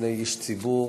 לפני איש ציבור,